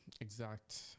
exact